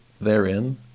therein